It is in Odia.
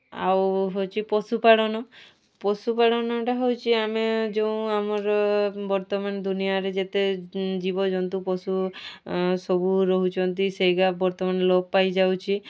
ଆଉ ହେଉଛି ପଶୁପାଳନ ପଶୁପାଳନଟା ହେଉଛି ଆମେ ଯେଉଁ ଆମର ବର୍ତ୍ତମାନ ଦୁନିଆରେ ଯେତେ ଜୀବଜନ୍ତୁ ପଶୁ ସବୁ ରହୁଛନ୍ତି ସେଇଟା ବର୍ତ୍ତମାନ ଲୋପ ପାଇଯାଉଛି